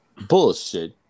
bullshit